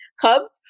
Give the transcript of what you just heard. Cubs